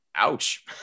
ouch